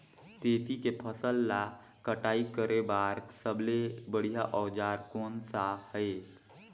तेसी के फसल ला कटाई करे बार सबले बढ़िया औजार कोन सा हे?